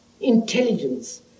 intelligence